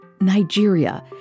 Nigeria